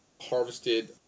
harvested